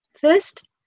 First